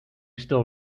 still